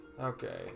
Okay